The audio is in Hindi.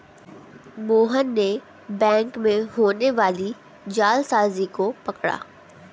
मोहन ने बैंक में होने वाली जालसाजी को पकड़ा